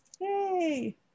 Yay